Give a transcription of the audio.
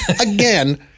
again